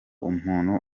umuntu